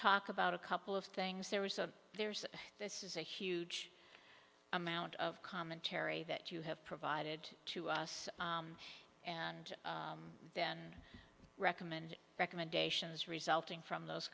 talk about a couple of things there was a there's this is a huge amount of commentary that you have provided to us and then recommend recommendations resulting from those